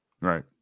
Right